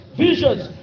visions